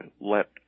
let